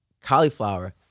cauliflower